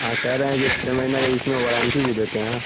ہاں کہہ رہے جی چھ مہینے کا اس میں وارنٹی بھی دیتے ہیں